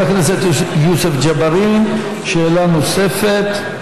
חבר הכנסת יוסף ג'בארין, שאלה נוספת.